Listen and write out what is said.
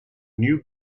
new